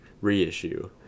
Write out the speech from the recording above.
reissue